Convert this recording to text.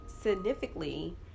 significantly